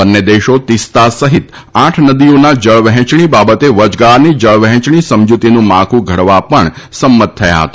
બંને દેશો તીસ્તા સહિત આઠ નદીઓના જળ વહેંચણી બાબતે વચગાળાની જળવહેંચણી સમજતીનું માળખુ ઘડવા પણ સંમત થયા છે